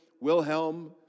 Wilhelm